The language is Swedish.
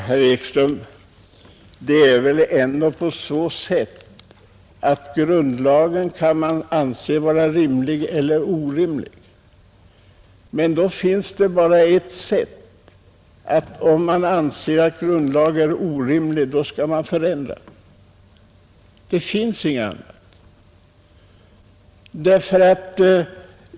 Herr talman! Det är väl ändå så, herr Ekström, att man kan anse grundlagen vara rimlig eller orimlig men att det bara finns ett sätt att handla om man anser att grundlagen är orimlig — då skall man förändra den. Det finns inget annat sätt.